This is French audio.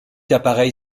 appareil